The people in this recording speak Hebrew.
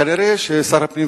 כנראה שר הפנים,